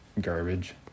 garbage